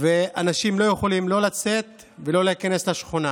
ואנשים לא יכולים לצאת או להיכנס לשכונה.